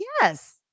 Yes